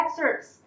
excerpts